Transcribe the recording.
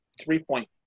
three-point